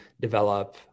develop